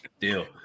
Deal